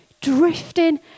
drifting